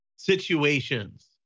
situations